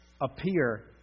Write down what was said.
appear